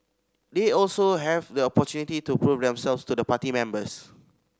they also have the opportunity to prove themselves to the party members